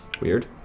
weird